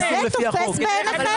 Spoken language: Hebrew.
זה תופס בעיניכם?